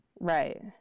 right